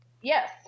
Yes